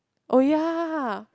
oh ya